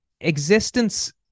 existence